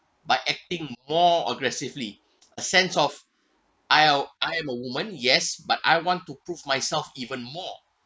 by acting more aggressively a sense of I'll I am a woman yes but I want to prove myself even more